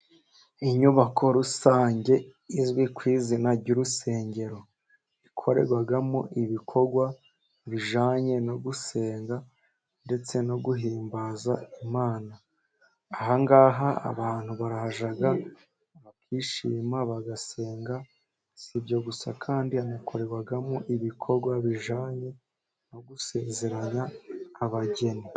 Inyubako rusange izwi ku izina ry'urusengero, ikorerwamo ibikorwa bijyanye no gusenga ndetse no guhimbaza Imana. Aha ngaha abantu barahaza bakishima bagasenga, si ibyo gusa kandi hanakorerwamo ibikorwa bijyanye no gusezeranya abageni.